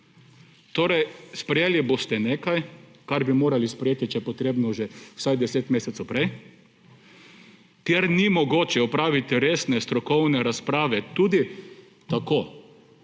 Torej sprejeli boste nekaj, kar bi morali sprejeti, če je potrebno, že vsaj deset mesecev prej. Ker ni mogoče opraviti resne strokovne razprave tudi tako,